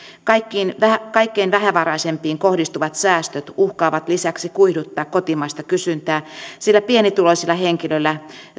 kaikkein vähävaraisimpiin kohdistuvat säästöt uhkaavat lisäksi kuihduttaa kotimaista kysyntää sillä pienituloisilla henkilöillä